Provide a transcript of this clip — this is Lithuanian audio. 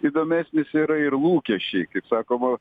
įdomesnis yra ir lūkesčiai kaip sakoma